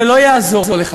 אבל זה לא יעזור לך,